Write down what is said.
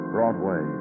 Broadway